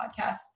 podcast